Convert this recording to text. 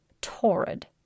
Torrid